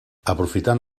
aprofitant